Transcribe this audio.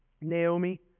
Naomi